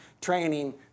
training